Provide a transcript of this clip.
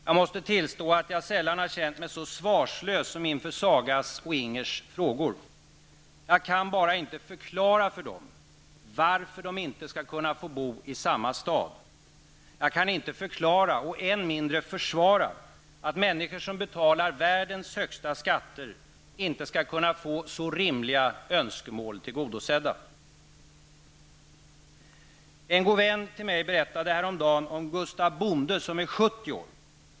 Jag måste tillstå att jag sällan har känt mig så svarslös som inför Sagas och Ingers frågor. Jag kan bara inte förklara för dem varför de inte skall kunna få bo i samma stad. Jag kan inte förklara, och än mindre försvara, att människor som betalar världens högsta skatter inte skall kunna få så rimliga önskemål tillgodosedda. En god vän till mig berättade häromdagen om Gustaf Bonde som är 70 år.